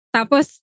Tapos